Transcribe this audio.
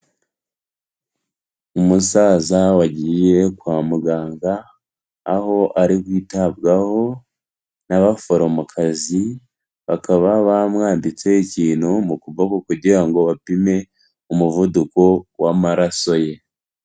Umusaza wagiye kwa muganga aho ari kwitabwaho n'abaforomokazi, bakaba bamwanditseho ikintu mu kuboko kugira ngo bapime umuvuduko w'amaraso ye.